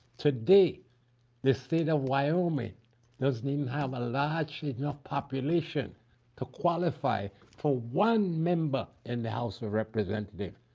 today the state of wyoming doesn't um have a large enough population to qualify for one member in the house of representatives,